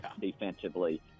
defensively